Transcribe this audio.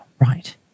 Right